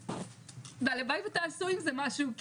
והלוואי ותעשו עם זה משהו,